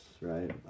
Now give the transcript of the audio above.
right